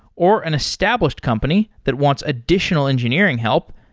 or an established company that wants additional engineering help,